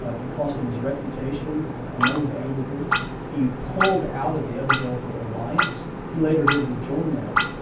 ah it cost him his reputation among the anglicans, he pulled out of the evangelical alliance. he later did rejoin that.